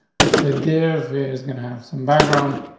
it's a deer is gonna have some background.